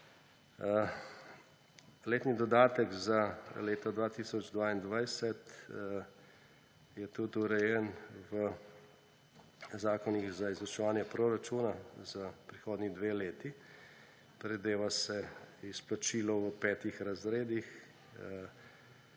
Letni dodatek za leto 2022 je tudi urejen v Zakonih za izvrševanje proračuna za prihodnji dve leti. Predvideva se izplačilo v petih razredih